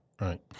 right